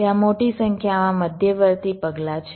ત્યાં મોટી સંખ્યામાં મધ્યવર્તી પગલાં છે